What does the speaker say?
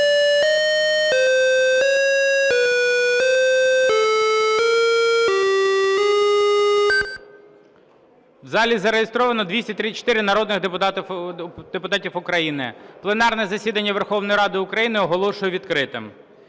В залі зареєстровано 234 народних депутати України. Пленарне засідання Верховної Ради України оголошую відкритим.